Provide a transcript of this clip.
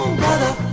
brother